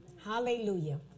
hallelujah